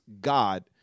God